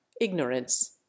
ignorance